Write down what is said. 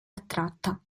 attratta